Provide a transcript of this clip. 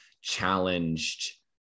challenged